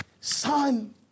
Son